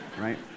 Right